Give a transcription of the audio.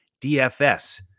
DFS